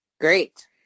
Great